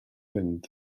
fynd